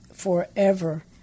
Forever